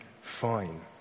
fine